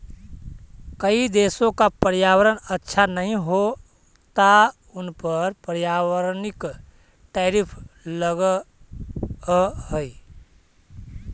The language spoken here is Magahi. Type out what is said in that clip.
कई देशों का पर्यावरण अच्छा नहीं होता उन पर पर्यावरणिक टैरिफ लगअ हई